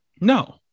No